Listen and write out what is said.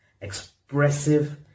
expressive